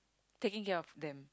taking care of them